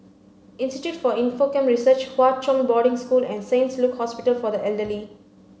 institute for Infocomm Research Hwa Chong Boarding School and Saint Luke's Hospital for the Elderly